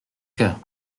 cœur